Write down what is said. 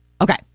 Okay